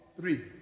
three